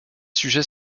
sujets